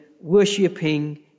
worshipping